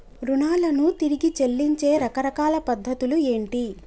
రుణాలను తిరిగి చెల్లించే రకరకాల పద్ధతులు ఏంటి?